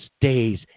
days